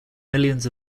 millions